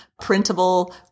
printable